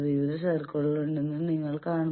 വിവിധ സർക്കിളുകൾ ഉണ്ടെന്ന് നിങ്ങൾ കാണുന്നു